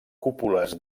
cúpules